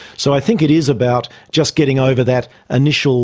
so i think it is about just getting over that initial